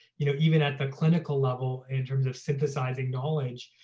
you know even at the clinical level in terms of synthesizing knowledge,